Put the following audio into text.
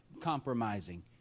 compromising